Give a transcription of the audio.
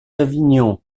avignon